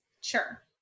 Sure